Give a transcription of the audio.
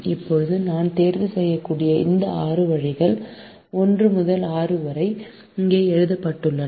இப்போது நான் தேர்வு செய்யக்கூடிய இந்த 6 வழிகள் 1 முதல் 6 வரை இங்கே எழுதப்பட்டுள்ளன